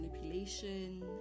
manipulation